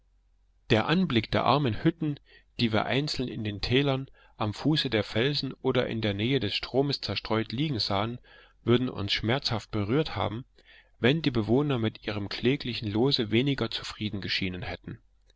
der anblick der armen hütten die wir einzeln in den tälern am fuße der felsen oder in der nähe des stroms zerstreut liegen sahen würde uns schmerzhaft berührt haben wenn die bewohner mit ihrem kläglichen lose weniger zufrieden geschienen hätten